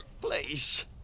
Please